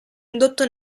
indotto